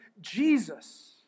Jesus